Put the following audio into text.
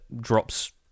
drops